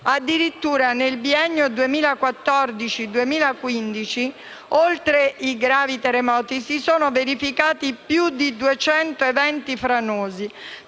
Addirittura, nel biennio 2014-2015, oltre i gravi terremoti, si sono verificati più di 200 eventi franosi,